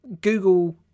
Google